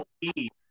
eat